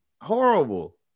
Horrible